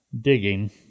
digging